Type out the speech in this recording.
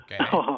Okay